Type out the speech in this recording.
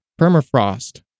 permafrost